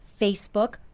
Facebook